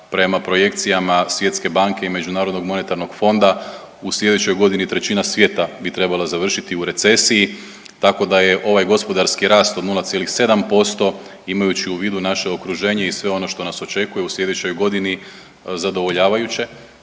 Prema projekcijama Svjetske banke i Međunarodnog monetarnog fonda u sljedećoj godini trećina svijeta bi trebala završiti u recesiji, tako da je ovaj gospodarski rast od 0,7% imajući u vidu naše okruženje i sve ono što nas očekuje u sljedećoj godini zadovoljavajuće.